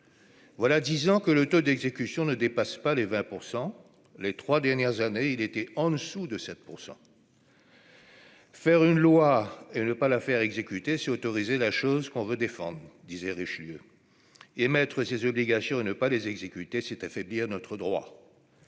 voilà 10 ans que le taux d'exécution ne dépasse pas les 20 % les 3 dernières années, il était en dessous de 7 %. Faire une loi, et ne pas la faire exécuter, c'est autoriser la chose qu'on veut défendre disait Richelieu émettre ces obligations et ne pas les exécuter, c'est affaiblir notre droit,